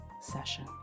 session